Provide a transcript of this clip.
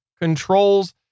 controls